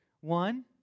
One